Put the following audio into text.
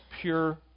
pure